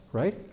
right